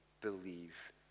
believe